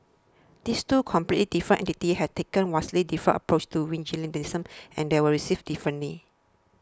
these two completely different entities have taken vastly different approaches to vigilantism and they were received differently